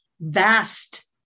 vast